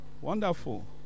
wonderful